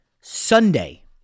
Sunday